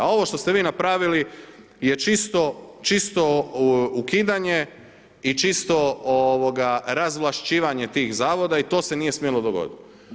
A ovo što ste vi napravili je čisto ukidanje i čisto razvlašćivanje tih zavoda i to se nije smjelo dogoditi.